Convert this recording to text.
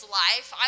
life